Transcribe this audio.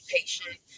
patient